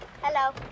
Hello